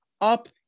up